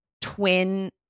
twin